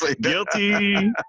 Guilty